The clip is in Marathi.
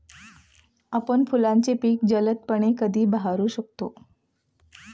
आपण फुलांची पिके जलदपणे कधी बहरू शकतो?